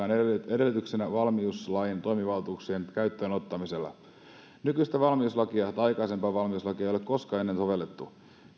edellytyksenä valmiuslain toimivaltuuksien käyttöönottamiselle nykyistä valmiuslakia tai aikaisempaa valmiuslakia ei ole koskaan ennen sovellettu